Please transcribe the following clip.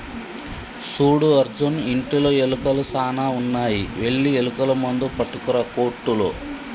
సూడు అర్జున్ ఇంటిలో ఎలుకలు సాన ఉన్నాయి వెళ్లి ఎలుకల మందు పట్టుకురా కోట్టులో